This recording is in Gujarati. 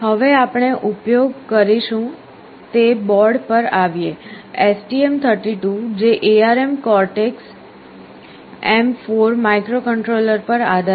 હવે આપણે ઉપયોગ કરીશું તે બોર્ડ પર આવીએ STM 32 જે ARM Cortex M4 માઇક્રોકન્ટ્રોલર પર આધારિત છે